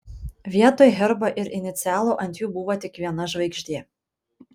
vietoj herbo ir inicialų ant jų buvo tik viena žvaigždė